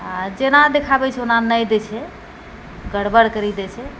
आ जेना देखाबै छै ओना नहि दै छै गड़बड़ करि दै छै